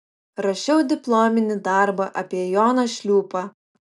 rašiau diplominį darbą apie joną šliūpą